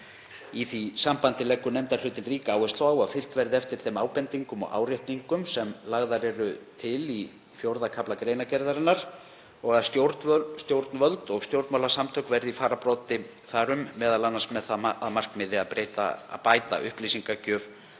Í því sambandi leggur nefndarhlutinn ríka áherslu á að fylgt verði eftir þeim ábendingum og áréttingum sem lagðar eru til í IV. kafla greinargerðarinnar og að stjórnvöld og stjórnmálasamtök verði í fararbroddi þar um með það m.a. að markmiði að bæta upplýsingagjöf